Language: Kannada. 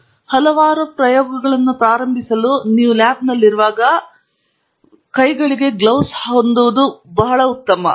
ಆದ್ದರಿಂದ ನೀವು ಹಲವಾರು ಪ್ರಯೋಗಗಳನ್ನು ಪ್ರಾರಂಭಿಸಲು ನೀವು ಲ್ಯಾಬ್ನಲ್ಲಿರುವಾಗ ನಿಮ್ಮ ಕೈಗಳಲ್ಲಿ ಜೋಡಿ ಕೈಗವಸುಗಳನ್ನು ಹೊಂದುವುದು ಉತ್ತಮ